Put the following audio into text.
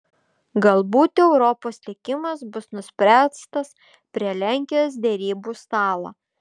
galbūt europos likimas bus nuspręstas prie lenkijos derybų stalo